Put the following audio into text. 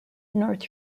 north